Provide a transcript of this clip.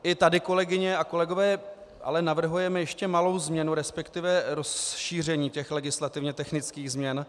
I tady, kolegyně a kolegové, navrhujeme ještě malou změnu, resp. rozšíření těch legislativně technických změn.